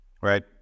Right